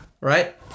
right